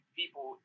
people